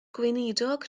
gweinidog